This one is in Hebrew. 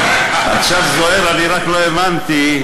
עכשיו, זוהיר, אני רק לא הבנתי: